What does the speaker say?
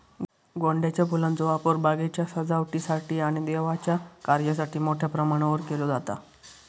गोंड्याच्या फुलांचो वापर बागेच्या सजावटीसाठी आणि देवाच्या कार्यासाठी मोठ्या प्रमाणावर केलो जाता